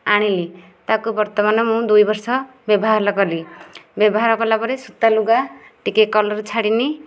ଆଣିଲି ତାକୁ ବର୍ତ୍ତମାନ ମୁଁ ଦୁଇ ବର୍ଷ ବ୍ୟବହାର କଲି ବ୍ୟବହାର କଲାପରେ ସୂତା ଲୁଗା ଟିକିଏ କଲର ଛାଡ଼ିନି